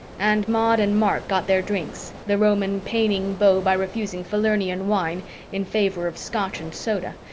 and maud and mark got their drinks, the roman paining beau by refusing falernian wine in favor of scotch and soda,